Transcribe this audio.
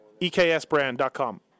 eksbrand.com